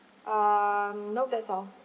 uh no that's all